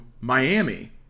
Miami